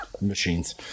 machines